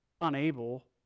unable